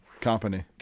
company